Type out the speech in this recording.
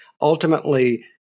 ultimately